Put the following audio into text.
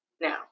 now